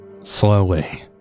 Slowly